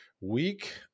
week